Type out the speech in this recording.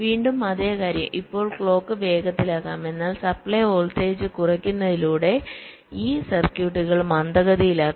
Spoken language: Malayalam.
വീണ്ടും അതേ കാര്യം ഇപ്പോൾ ക്ലോക്ക് വേഗത്തിലാക്കാം എന്നാൽ സപ്ലൈ വോൾട്ടേജ് കുറയ്ക്കുന്നതിലൂടെ ഈ സർക്യൂട്ടുകൾ മന്ദഗതിയിലാക്കാം